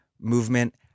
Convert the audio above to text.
movement